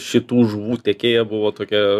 šitų žuvų tiekėja buvo tokia